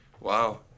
Wow